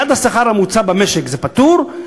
עד השכר הממוצע במשק זה פטור,